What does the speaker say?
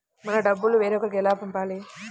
మన డబ్బులు వేరొకరికి ఎలా పంపాలి?